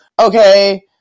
okay